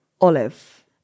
Olive